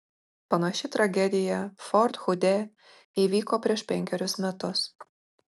panaši tragedija fort hude įvyko prieš penkerius metus